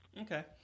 Okay